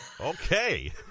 Okay